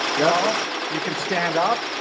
yeah you can stand up.